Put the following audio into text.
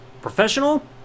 professional